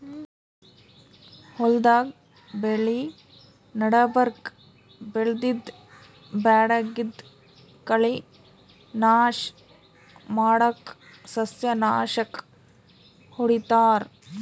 ಹೊಲ್ದಾಗ್ ಬೆಳಿ ನಡಬರ್ಕ್ ಬೆಳ್ದಿದ್ದ್ ಬ್ಯಾಡಗಿದ್ದ್ ಕಳಿ ನಾಶ್ ಮಾಡಕ್ಕ್ ಸಸ್ಯನಾಶಕ್ ಹೊಡಿತಾರ್